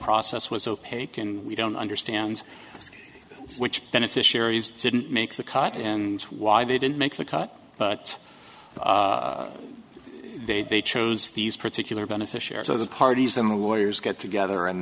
process was opaque and we don't understand which beneficiaries didn't make the cut and why they didn't make the cut but they they chose these particular beneficiaries so the parties than the lawyers get together and